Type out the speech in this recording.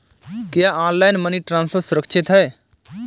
क्या online money transfer सुरक्षित है?